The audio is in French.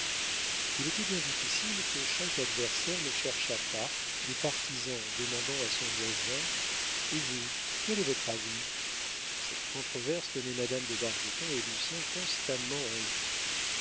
il était bien difficile que chaque adversaire ne cherchât pas des partisans en demandant à son voisin et vous quel est votre avis cette controverse tenait madame de bargeton et lucien constamment en vue